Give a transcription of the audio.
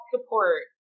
support